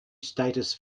status